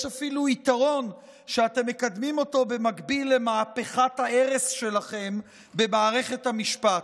יש אפילו יתרון שאתם מקדמים אותו במקביל למהפכת ההרס שלכם במערכת המשפט.